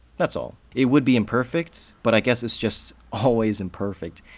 that's all. it would be imperfect, but i guess it's just always imperfect.